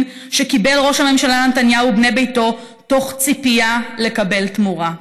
שקיבלו ראש הממשלה נתניהו ובני ביתו מתוך ציפייה לקבל תמורה.